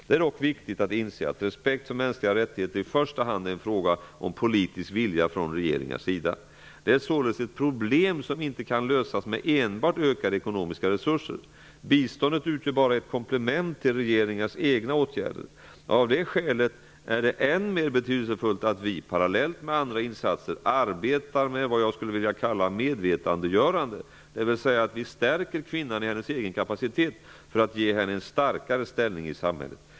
Det är dock viktigt att inse att respekt för mänskliga rättigheter i första hand är en fråga om politisk vilja från regeringars sida. Det är således ett problem som inte kan lösas med enbart ökade ekonomiska resurser. Biståndet utgör bara ett komplement till regeringars egna åtgärder. Av det skälet är det än mer betydelsefullt att vi, parallellt med andra insatser, arbetar med vad jag skulle vilja kalla medvetandegörande, dvs. att vi stärker kvinnan i hennes egen kapacitet för att ge henne en starkare ställning i samhället.